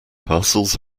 parcels